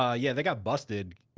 ah yeah, they got busted.